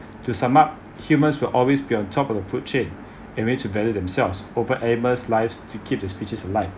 to sum up humans will always be on top of the food chain image a value themselves over animal lives to keep the species alive